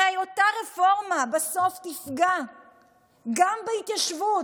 הרי אותה רפורמה בסוף תפגע גם בהתיישבות,